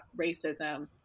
racism